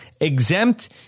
exempt